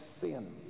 sin